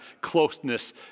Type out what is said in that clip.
closeness